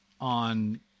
on